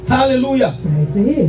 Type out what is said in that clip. Hallelujah